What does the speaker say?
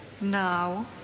Now